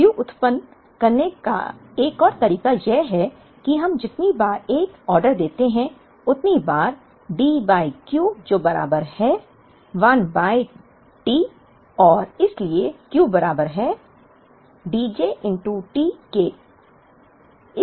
व्युत्पन्न करने का एक और तरीका यह है कि हम जितनी बार एक आदेश देते हैं उतनी बार D बाय Q जो बराबर है 1 बाय T और इसलिए Q बराबर है D j T के